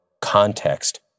context